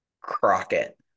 Crockett